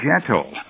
gentle